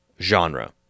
genre